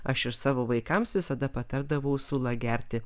aš ir savo vaikams visada patardavau sulą gerti